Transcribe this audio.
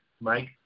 Mike